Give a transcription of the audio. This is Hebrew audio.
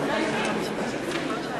לא התקבלה.